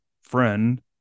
friend